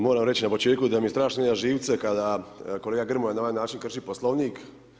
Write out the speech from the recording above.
Moram reći na početku da mi strašno ide na živce kada kolega Grmoja na ovaj način krši Poslovnik.